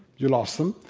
you lost them.